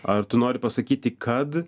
ar tu nori pasakyti kad